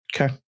Okay